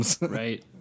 Right